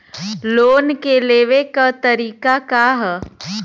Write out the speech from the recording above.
Loan के लेवे क तरीका का ह?